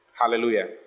Hallelujah